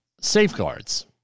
safeguards